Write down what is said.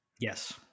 Yes